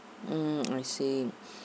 mm I see